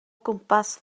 gwmpas